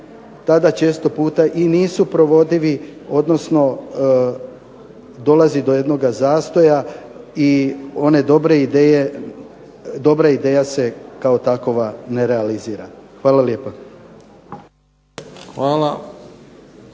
tada često puta i nisu provodivi odnosno dolazi do jednoga zastoja i ona dobra ideja se kao takova ne realizira. Hvala lijepa.